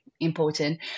important